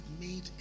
made